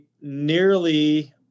nearly